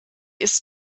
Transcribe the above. ist